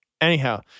Anyhow